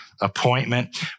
appointment